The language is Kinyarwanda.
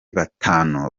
batanu